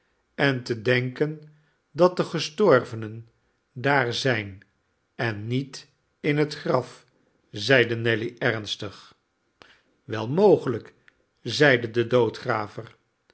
en te denken dat de gestorvenen daar zijn en niet in het graf zeide nelly ernstig wel mogelijk zeide de